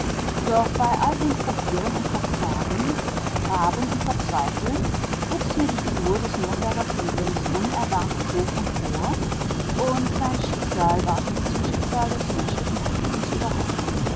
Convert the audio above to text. doch bei all dem probieren und verzagen graben und verzweifeln wuchs mir die figur des nürnberger findlings unerwartet hoch empor und sein schicksal ward mir zum schicksal des menschlichen herzens überhaupt